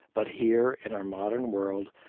but here in our modern world,